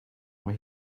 mae